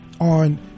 on